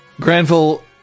Granville